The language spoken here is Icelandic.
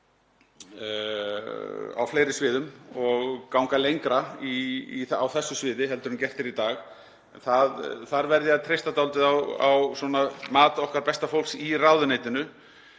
á fleiri sviðum og ganga lengra á þessu sviði heldur en gert er í dag. Þar verð ég að treysta dálítið á mat okkar besta fólks í ráðuneytinu.